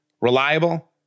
Reliable